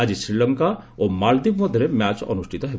ଆଜି ଶ୍ରୀଲଙ୍କା ଓ ମାଲାଦୀପ ମଧ୍ୟରେ ମ୍ୟାଚ ଅନୁଷ୍ଠିତ ହେବ